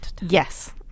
Yes